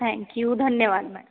thank you धन्यवाद म्या